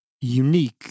unique